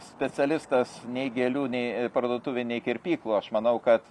specialistas nei gėlių nei parduotuvių nei kirpyklų aš manau kad